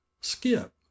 Skip